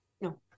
No